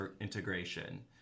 integration